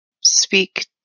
speak